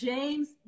James